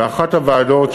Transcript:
ואחת הוועדות,